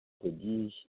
produce